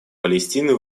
палестины